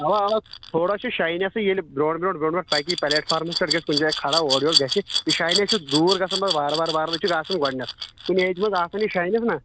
اوا اوا تھوڑا چھُ شاینیٚسٕے ییٚلہِ برٛوٗنٛٹھ برٛوٗنٛٹھ برٛوٗنٛٹھ برٛوٗنٛٹھ پکہِ پلیٹ فارمس پیٚٹھ گژھِ کُنہِ جایہِ کھڑا اورٕ یورٕ گژھِ یہِ شاینیٚس چھِ دوٗر گژھان پَتہٕ وارٕ وارٕ وارٕوارٕ یہِ چھُ گژھان گۄڈنیٚتھ کُنہِ ایٚجہِ منٛز آسان یہِ شاینیٚس نا